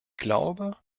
glaube